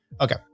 okay